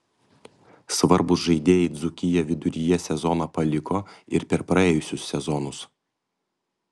svarbūs žaidėjai dzūkiją viduryje sezono paliko ir per praėjusius sezonus